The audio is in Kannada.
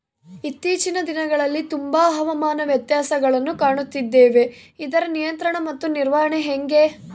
ಇತ್ತೇಚಿನ ದಿನಗಳಲ್ಲಿ ತುಂಬಾ ಹವಾಮಾನ ವ್ಯತ್ಯಾಸಗಳನ್ನು ಕಾಣುತ್ತಿದ್ದೇವೆ ಇದರ ನಿಯಂತ್ರಣ ಮತ್ತು ನಿರ್ವಹಣೆ ಹೆಂಗೆ?